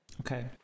Okay